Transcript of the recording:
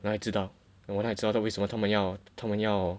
哪里知道我哪里知道他为什么他们要他们要